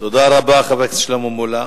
תודה רבה, חבר הכנסת שלמה מולה.